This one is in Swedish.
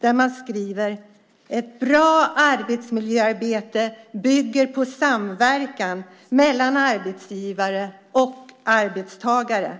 Där skriver man: Ett bra arbetsmiljöarbete bygger på samverkan mellan arbetsgivare och arbetstagare.